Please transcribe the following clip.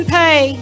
pay